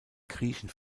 griechen